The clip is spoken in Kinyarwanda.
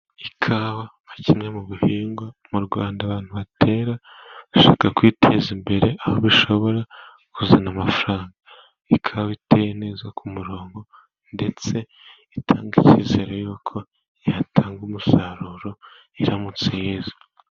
Ikawa nka kimwe mu buhingwa mu Rwanda abantu batera bashaka kwiteza imbere, aho bishobora kizana amafaranga. Ikawa iteye neza ku murongo, ndetse itanga icyizere yuko yatanga umusaruro iramutse yeze.